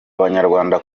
abanyarwanda